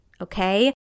okay